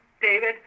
David